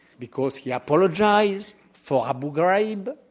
because he apologized for abu ghraib,